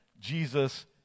Jesus